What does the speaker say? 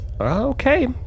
Okay